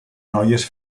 noies